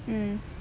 mm